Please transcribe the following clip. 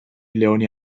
leoni